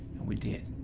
we did,